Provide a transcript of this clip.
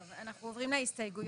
טוב, אנחנו עוברים להסתייגויות.